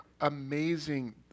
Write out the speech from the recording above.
amazing